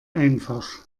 einfach